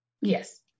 Yes